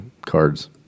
cards